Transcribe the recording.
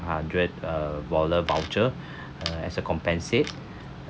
hundred uh wallet voucher as a compensate